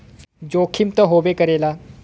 जोखिम त होबे करेला